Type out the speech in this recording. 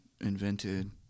invented